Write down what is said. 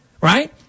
right